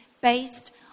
based